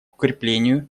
укреплению